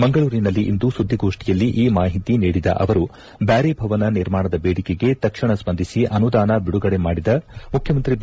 ಮಂಗಳೂರಿನಲ್ಲಿ ಇಂದು ಸುದ್ದಿಗೋಷ್ಠಿಯಲ್ಲಿ ಈ ಮಾಹಿತಿ ನೀಡಿದ ಅವರು ಬ್ಯಾರಿ ಭವನ ನಿರ್ಮಾಣದ ಬೇಡಿಕೆಗೆ ತಕ್ಷಣ ಸ್ವಂದಿಸಿ ಅನುದಾನ ಬಿಡುಗಡೆ ಮಾಡಿದ ಮುಖ್ಯಮಂತ್ರಿ ಬಿ